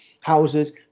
houses